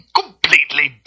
completely